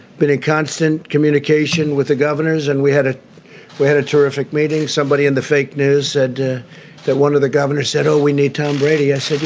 been in constant communication with the governors. and we had a we had a terrific meeting. somebody in the fake news said that one of the governors said, oh, we need tom brady s again